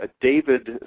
David